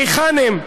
היכן הם?